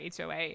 HOA